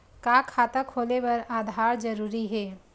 का खाता खोले बर आधार जरूरी हे?